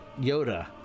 Yoda